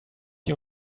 you